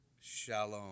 Shalom